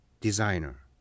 designer